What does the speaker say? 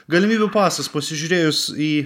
galimybių pasas pasižiūrėjus į